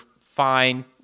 fine